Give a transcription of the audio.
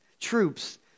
troops